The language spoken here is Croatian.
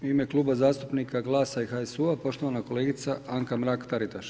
U ime Kluba zastupnika GLAS-a i HSU-a poštovana kolegica Anka Mark-Taritaš.